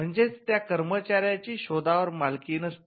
म्हणजेच त्या कर्मचाऱ्यांची शोधावर मालकी नसते